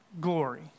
glory